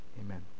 Amen